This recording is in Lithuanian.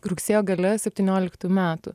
rugsėjo gale septynioliktų metų